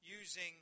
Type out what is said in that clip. using